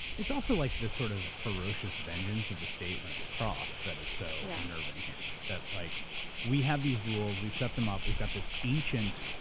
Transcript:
it's also, like, the sort of ferocious vengeance of the state when it's crossed that is so unnerving here. that like we have these rules, we set them up, we've got this ancient,